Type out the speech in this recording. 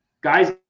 guys